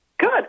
Good